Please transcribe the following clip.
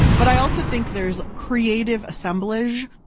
but i also think there's creative assemblage,